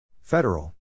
Federal